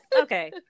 Okay